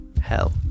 Hell